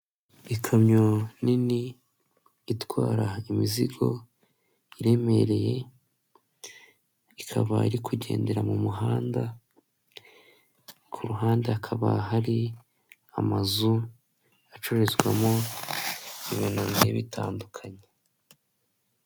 Ikamyo nini itwara imizigo iremereye, ikaba irikugendera mu muhanda, ku ruhande hakaba hari amazu acururizwamo ibintu bigiye bitandukanye.